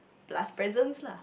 plus presence lah